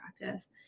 practice